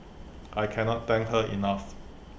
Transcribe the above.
I can not thank her enough